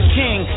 king